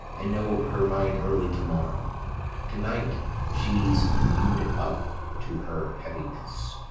and know her mind early to-morrow to-night she's mew'd up to her heaviness.